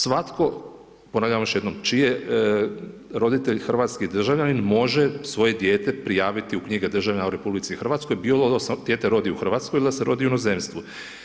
Svatko, ponavljam još jednom čiji je roditelj hrvatski državljanin može svoje dijete prijaviti u knjige državljana u RH, bilo da se dijete rodi u Hrvatskoj ili da se rodi u inozemstvu.